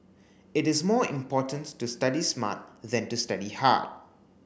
it is more important to study smart than to study hard